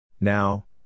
Now